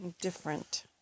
different